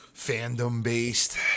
Fandom-based